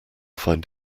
find